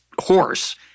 horse